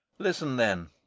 listen then.